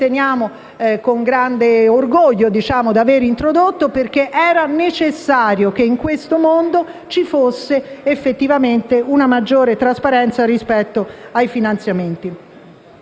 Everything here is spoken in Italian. riteniamo, con grande orgoglio, di avere introdotto, perché era necessario che in questo mondo ci fosse una maggiore trasparenza rispetto ai finanziamenti.